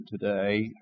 today